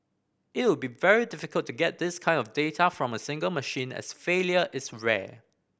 it would be very difficult to get this kind of data from a single machine as failure is rare